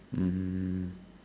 um